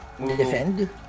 defend